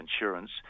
insurance